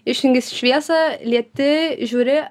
išjungi šviesą lieti žiūri